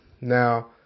Now